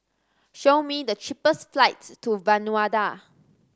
show me the cheapest flights to Vanuatu